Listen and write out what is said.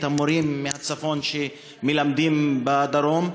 את המורים מהצפון שמלמדים בדרום.